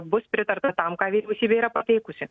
bus pritarta tam ką vyriausybė yra pateikusi